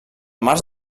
març